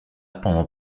pendant